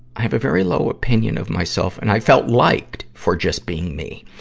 i have a very low opinion of myself, and i felt liked for just being me.